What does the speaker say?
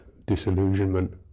disillusionment